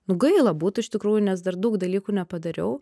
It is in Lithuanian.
nu gaila būtų iš tikrųjų nes dar daug dalykų nepadariau